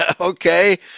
okay